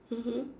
mmhmm